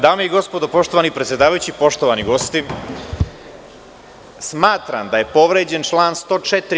Dame i gospodo, poštovani predsedavajući, poštovani gosti, smatram da je povređen član 104.